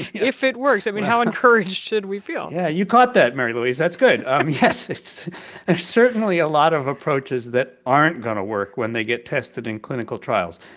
if it works i mean, how encouraged should we feel? yeah. you caught that, mary louise. that's good. um yes, there's certainly a lot of approaches that aren't going to work when they get tested in clinical trials.